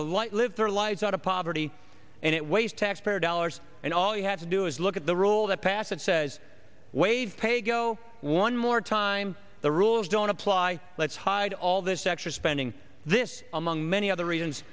to light live their lives out of poverty and it waste taxpayer dollars and all you have to do is look at the role that passage says wade pay go one more time the rules don't apply let's hide all this extra spending this among many other reasons